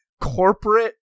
corporate